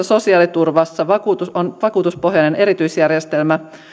sosiaaliturvassa on vakuutuspohjainen erityisjärjestelmä